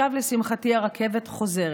עכשיו, לשמחתי, הרכבת חוזרת.